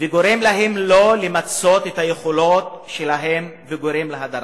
וגורם להם לא למצות את היכולות שלהם וגורם להדרה.